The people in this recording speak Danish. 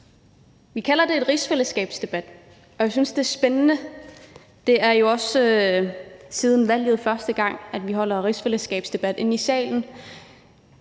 Vi kalder det en rigsfællesskabsdebat, og jeg synes, det er spændende. Det er jo også første gang siden valget, at vi har rigsfællesskabsdebat i salen.